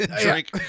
Drink